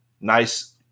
Nice